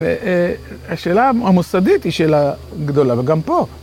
והשאלה המוסדית היא שאלה גדולה, וגם פה.